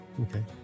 Okay